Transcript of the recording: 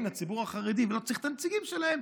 לציבור החרדי ולא צריך את הנציגים שלהם,